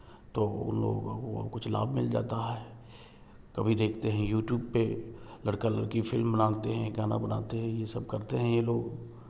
तो उनलोगों को कुछ लाभ मिल जाता है कभी देखते हैं यूटूब पर लड़का लड़की फिल्म बनाते हैं गाना गाते हैं यह सब करते हैं यह लोग